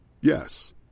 Yes